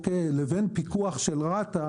לבין פיקוח של רת"א